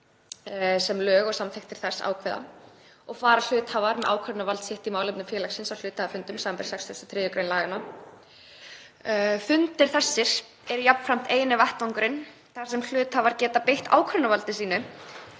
sem lög og samþykktir þess ákveða og fara hluthafar með ákvörðunarvald sitt í málefnum félagsins á hluthafafundum, sbr. 63. gr. laganna. Fundir þessir er jafnframt eini vettvangurinn þar sem hluthafar geta beitt ákvörðunarvaldi sínu.